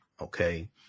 Okay